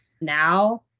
now